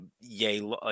yay –